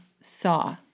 saw